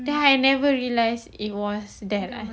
then I never realise it was there